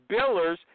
billers